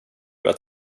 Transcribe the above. att